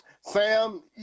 Sam